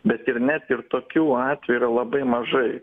bet ir net ir tokių atvejų yra labai mažai